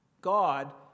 God